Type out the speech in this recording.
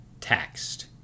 taxed